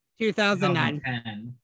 2009